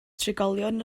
trigolion